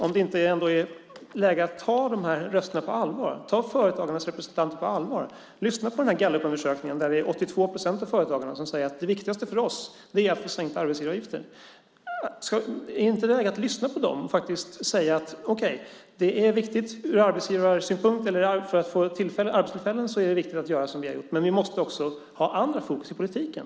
Är det ändå inte läge att ta de här rösterna på allvar, att ta företagarnas representanter på allvar? Är det inte läge att beakta den här gallupundersökningen? Där säger 82 procent av företagarna: Det viktigaste för oss är att få sänkta arbetsgivaravgifter. Jag undrar om det inte är läge att lyssna på dem och faktiskt säga: För att få arbetstillfällen är det viktigt att göra som vi har gjort, men vi måste också ha andra fokus i politiken.